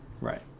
right